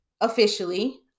Officially